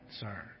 sir